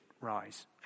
rise